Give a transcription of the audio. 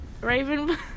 Raven